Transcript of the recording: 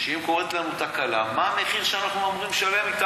שאם קורית לנו תקלה, מה המחיר שאנחנו מוכנים לשלם.